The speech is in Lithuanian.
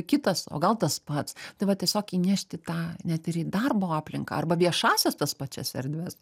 kitas o gal tas pats tai va tiesiog įnešti tą net ir į darbo aplinką arba viešąsias tas pačias erdves